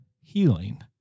healing